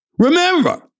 Remember